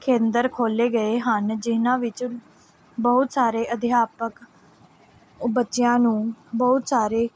ਕੇਂਦਰ ਖੋਲ੍ਹੇ ਗਏ ਹਨ ਜਿਨ੍ਹਾਂ ਵਿੱਚ ਬਹੁਤ ਸਾਰੇ ਅਧਿਆਪਕ ਬੱਚਿਆਂ ਨੂੰ ਬਹੁਤ ਸਾਰੇ